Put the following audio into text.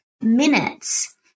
minutes